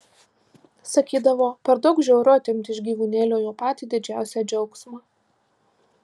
sakydavo per daug žiauru atimti iš gyvūnėlio jo patį didžiausią džiaugsmą